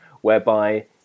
whereby